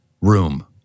room